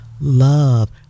love